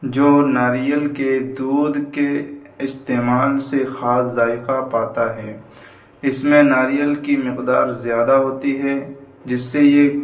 جو ناریل کے دودھ کے استعمال سے خاص ذائقہ پاتا ہے اس میں ناریل کی مقدار زیادہ ہوتی ہے جس سے یہ